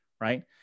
Right